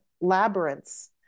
labyrinths